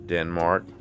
Denmark